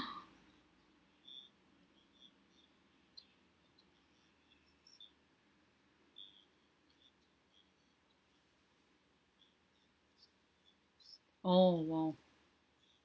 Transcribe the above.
oh !wow!